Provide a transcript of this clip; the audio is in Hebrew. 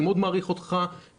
אני מאוד מעריך אותך כפוליטיקאי,